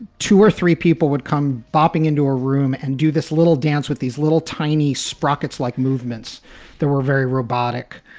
two or three people would come bopping into a room and do this little dance with these little tiny sprocket's like movements that were very robotic,